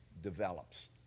develops